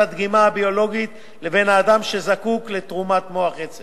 הדגימה הביולוגית לבין האדם שזקוק לתרומת מוח העצם